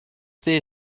there